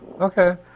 Okay